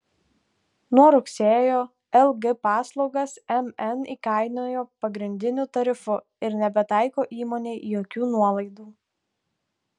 nuo rugsėjo lg paslaugas mn įkainojo pagrindiniu tarifu ir nebetaiko įmonei jokių nuolaidų